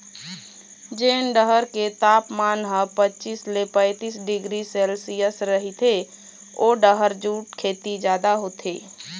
जेन डहर के तापमान ह पचीस ले पैतीस डिग्री सेल्सियस रहिथे ओ डहर जूट खेती जादा होथे